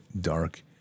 dark